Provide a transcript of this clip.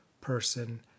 person